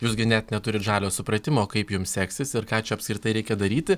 jūs gi net neturit žalio supratimo kaip jums seksis ir ką čia apskritai reikia daryti